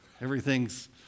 everything's